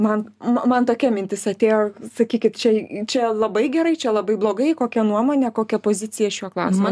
ma man tokia mintis atėjo sakykit čia čia labai gerai čia labai blogai kokia nuomonė kokia pozicija šiuo klausimu